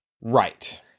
Right